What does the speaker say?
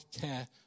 care